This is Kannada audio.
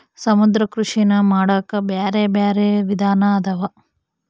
ಸಮುದ್ರ ಕೃಷಿನಾ ಮಾಡಾಕ ಬ್ಯಾರೆ ಬ್ಯಾರೆ ವಿಧಾನ ಅದಾವ